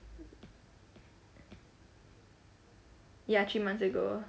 ya she wants to go